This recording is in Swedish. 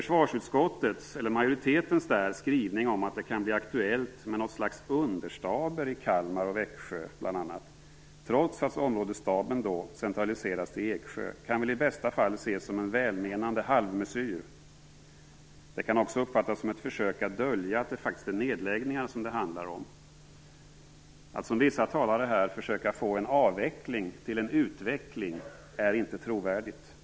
Skrivningen av majoriteten i försvarsutskottet om att det kan bli aktuellt med något slags understaber i bl.a. Kalmar och Växjö, trots att områdesstaben då centraliseras till Eksjö, kan väl i bästa fall ses som en välmenande halvmesyr. Den kan också uppfattas som ett försök att dölja att det faktiskt handlar om nedläggningar. Att som vissa talare här försöka få en avveckling till en utveckling är inte trovärdigt.